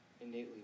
innately